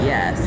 Yes